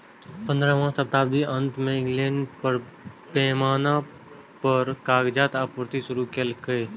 पंद्रहम शताब्दीक अंत मे इंग्लैंड बड़ पैमाना पर कागजक आपूर्ति शुरू केलकै